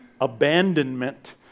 abandonment